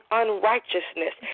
unrighteousness